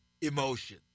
emotion